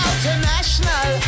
International